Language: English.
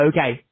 Okay